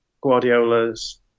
Guardiola's